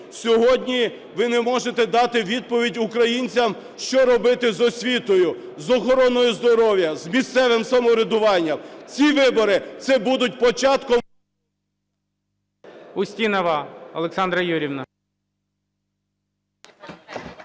Сьогодні ви не можете дати відповідь українцям, що робити з освітою, з охороною здоров'я, з місцевим самоврядуванням. Ц і вибори - це будуть початком…